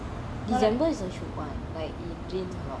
december is one like it rains a lot